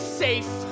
safe